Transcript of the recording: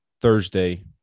Thursday